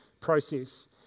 process